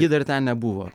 ji dar ten nebuvo